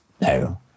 No